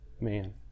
man